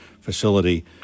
facility